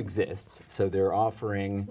exists so they're offering